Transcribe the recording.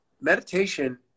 meditation